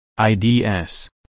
IDS